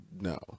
no